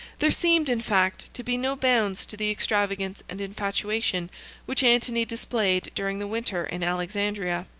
there seemed, in fact, to be no bounds to the extravagance and infatuation which antony displayed during the winter in alexandria.